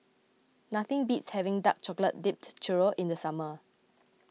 nothing beats having Dark Chocolate Dipped Churro in the summer